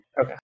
Okay